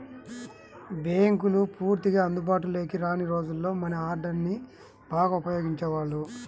బ్యేంకులు పూర్తిగా అందుబాటులోకి రాని రోజుల్లో మనీ ఆర్డర్ని బాగా ఉపయోగించేవాళ్ళు